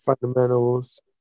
fundamentals